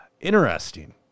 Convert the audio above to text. interesting